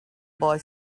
boy